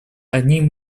одним